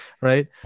right